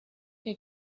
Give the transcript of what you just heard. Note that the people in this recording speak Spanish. que